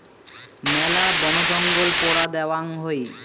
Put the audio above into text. মেলা বনজঙ্গল পোড়া দ্যাওয়াং হই